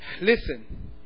listen